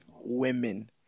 women